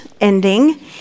ending